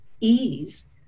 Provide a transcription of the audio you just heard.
ease